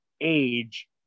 age